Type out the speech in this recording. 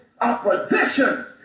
opposition